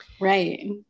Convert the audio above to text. Right